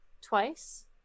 twice